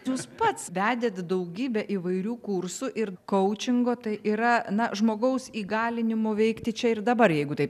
jūs pats vedėt daugybę įvairių kursų ir kaučingo tai yra na žmogaus įgalinimo veikti čia ir dabar jeigu tai